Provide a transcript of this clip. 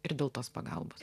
ir dėl tos pagalbos